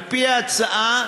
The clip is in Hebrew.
על-פי ההצעה,